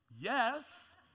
Yes